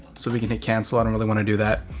so we can hit cancel, i don't really want to do that.